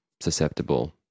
susceptible